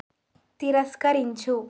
తిరస్కరించు